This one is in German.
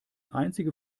einzige